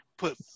put